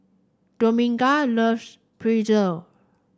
Dominga loves Pretzel